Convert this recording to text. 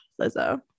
Lizzo